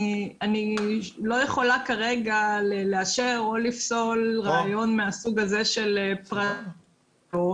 אני לא יכולה כרגע לאשר או לפסול רעיון מהסוג הזה של הגרלות,